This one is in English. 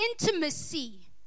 intimacy